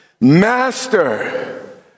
Master